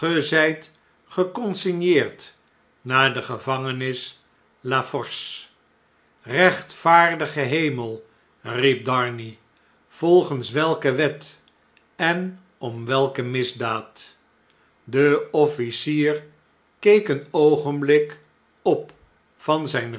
zijtgeconsigneerd naar de gevangenis la force bechtvaardige hemel riep darnay volgens welke wet en om welke misdaad de officier keek een oogenblik op van zijn